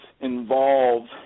involved